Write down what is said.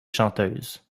chanteuse